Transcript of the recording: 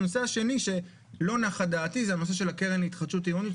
והנושא השני שלא נחה דעתי זה הנושא של קרן התחדשות עירונית,